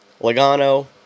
Logano